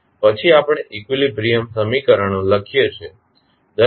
પછી આપણે ઇકવીલીબ્રીયમ સમીકરણો લખીએ છીએ